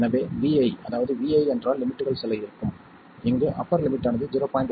எனவே vi அதாவது vi என்றால் லிமிட்கள் சில இருக்கும் இங்கு அப்பர் லிமிட் ஆனது 0